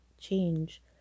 change